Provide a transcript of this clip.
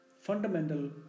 fundamental